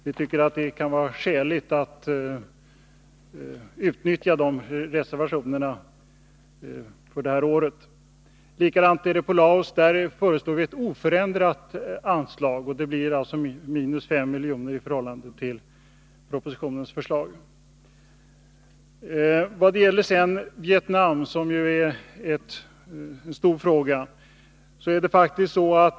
Vi tycker att det kan vara skäligt att utnyttja dessa reservationer för det här året. Likadant är det när det gäller Laos. Där föreslår vi oförändrat anslag, och det blir 5 miljoner mindre än enligt förslaget i propositionen. Låt mig sedan säga några ord när det gäller Vietnam, som ju är en stor fråga.